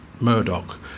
Murdoch